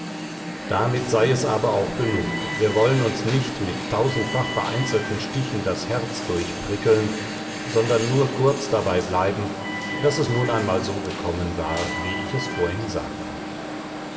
damit sei es aber auch genug wir wollen uns nicht mit tausendfach vereinzelten stichen das herz durchprickeln sondern nur kurz dabei bleiben daß es nun einmal so gekommen war wie ich es vorhin sagte